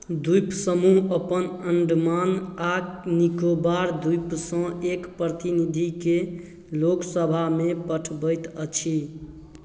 द्वीप समूह अपन अण्डमान आओर निकोबार द्वीपसँ एक प्रतिनिधिके लोकसभामे पठबैत अछि